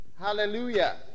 Hallelujah